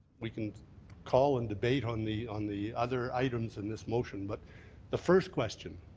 we can call and debate on the on the other items in this motion, but the first question,